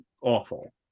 awful